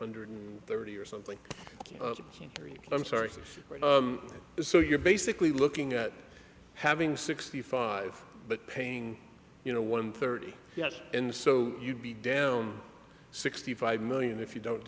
hundred and thirty or something i'm sorry six so you're basically looking at having sixty five but paying you know one thirty yes and so you'd be down sixty five million if you don't